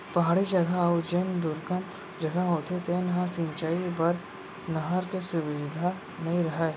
पहाड़ी जघा अउ जेन दुरगन जघा होथे तेन ह सिंचई बर नहर के सुबिधा नइ रहय